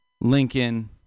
Lincoln